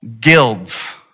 guilds